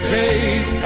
take